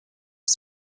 was